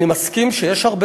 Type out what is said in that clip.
אני מסכים שיש הרבה